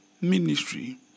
ministry